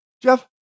Jeff